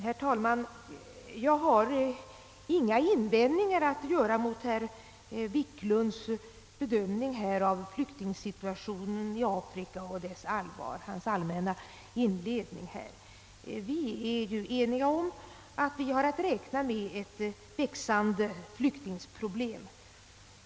Herr talman! Jag har inga invändningar att göra mot herr Wiklunds bedömning av flyktingsituationen i Afrika och dess allvar. Vi är ju eniga om att vi har att räkna med ett växande flyktingproblem.